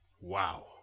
wow